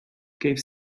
gave